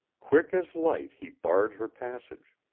quick as light he barred her passage.